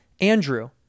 Andrew